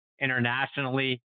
internationally